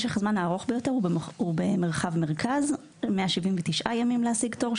משך הזמן הארוך ביותר הוא במרחב מרכז 179 ימים להשיג תור,